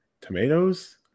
Tomatoes